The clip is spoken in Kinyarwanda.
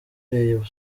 rayon